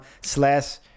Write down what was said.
slash